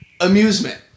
amusement